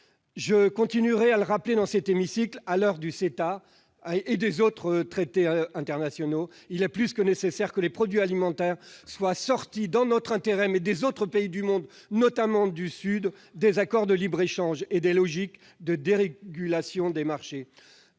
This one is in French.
Je continuerai à le rappeler dans cet hémicycle, à l'heure du CETA et des autres traités internationaux, il est plus que nécessaire que les produits alimentaires soient sortis, dans notre intérêt, des accords avec les autres pays du monde, notamment des pays du Sud, des accords de libre-échange et des logiques de dérégulation des marchés.